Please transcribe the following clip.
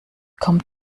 kommt